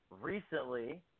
recently